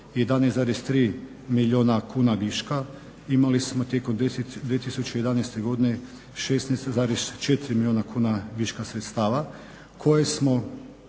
11,3 milijuna kuna viška imali smo tijekom 2011. godine 16,4 milijuna kuna viška sredstava koje smo